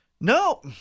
No